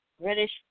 British